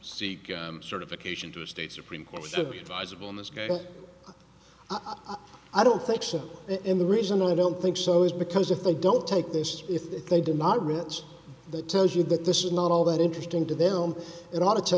seek certification to the state supreme court on this i don't think so and the reason i don't think so is because if they don't take this if they do not ritz that tells you that this is not all that interesting to them it ought to tell